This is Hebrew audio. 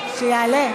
להצבעה.